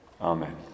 Amen